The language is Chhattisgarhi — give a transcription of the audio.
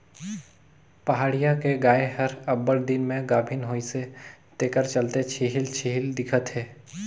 पहाटिया के गाय हर अब्बड़ दिन में गाभिन होइसे तेखर चलते छिहिल छिहिल दिखत हे